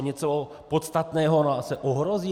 Něco podstatného se ohrozí?